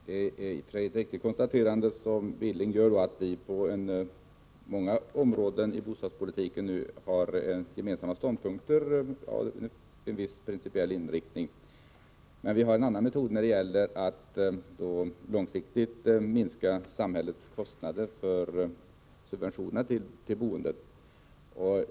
Herr talman! Det är i och för sig ett riktigt konstaterande som Knut Billing gör, att vi på många områden i bostadspolitiken har gemensamma ståndpunkter av en viss principiell inriktning. Vi har emellertid en annan metod när det gäller att långsiktigt minska samhällets kostnader för subventionerna i boendet.